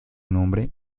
nombre